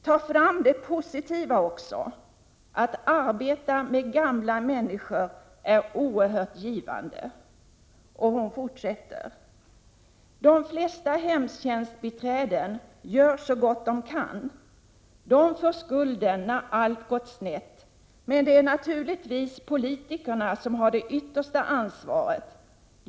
Ta fram det positiva också, att arbeta med gamla människor är oerhört givande.” Hon fortsätter: ”De flesta hemtjänstbiträden gör så gott de kan. De får skulden när allt gått snett, men det är naturligtvis politikerna som har det yttersta ansvaret.